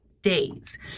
days